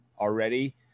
already